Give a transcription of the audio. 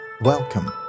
Welcome